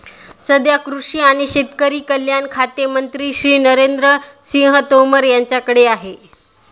सध्या कृषी आणि शेतकरी कल्याण खाते मंत्री श्री नरेंद्र सिंह तोमर यांच्याकडे आहे